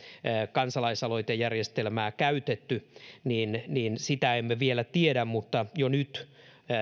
kansalaisaloitejärjestelmää käytetty sitä emme vielä tiedä mutta jo nyt